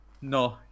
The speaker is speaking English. No